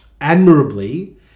admirably